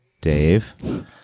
Dave